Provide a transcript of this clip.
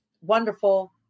wonderful